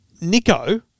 Nico